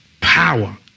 power